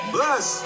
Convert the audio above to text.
Bless